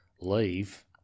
leave